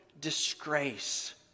disgrace